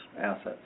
assets